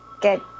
Good